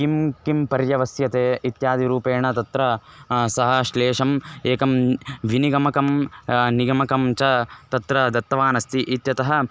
किं किं पर्यवस्यते इत्यादिरूपेण तत्र सः श्लेषम् एकं विनिगमकं निगमकं च तत्र दत्तवान् अस्ति इत्यतः